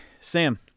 Sam